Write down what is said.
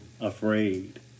afraid